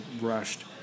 rushed